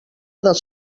dels